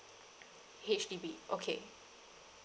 H_D_B okay